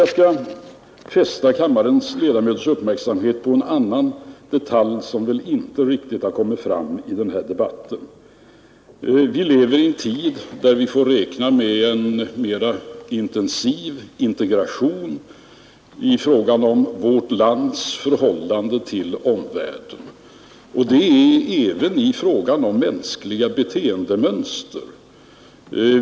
Jag vill fästa kammarledamöternas uppmärksamhet på en annan detalj, som inte riktigt kommit fram i debatten. Vi lever i en tid då vi får räkna med en mera intensiv integration mellan vårt land och omvärlden. Det gäller även i fråga om mänskliga beteendemönster.